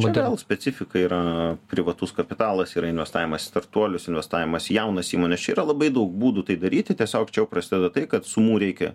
čia vėl specifika yra privatus kapitalas yra investavimas į startuolius investavimas į jaunas įmones čia yra labai daug būdų tai daryti tiesiog čia jau prasideda tai kad sumų reikia